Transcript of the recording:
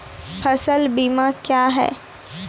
फसल बीमा क्या हैं?